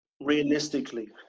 realistically